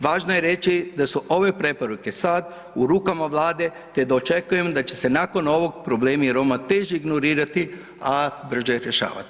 Važno je reći da su ove preporuke sada u rukama Vlade te da očekujem da će se nakon ovog problemi Roma teže ignorirati, a brže rješavati.